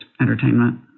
entertainment